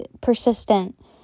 persistent